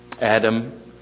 Adam